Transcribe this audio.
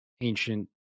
ancient